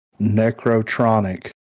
Necrotronic